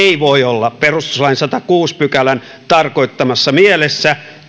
voi olla perustuslain sadannenkuudennen pykälän tarkoittamassa mielessä